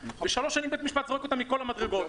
ושלוש שנים בית המשפט זורק אותם מכל המדרגות.